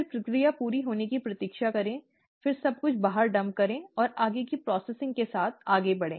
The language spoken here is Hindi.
फिर प्रक्रिया पूरी होने तक प्रतीक्षा करें फिर सब कुछ बाहर डंप करें और आगे की प्रक्रिया के साथ आगे बढ़ें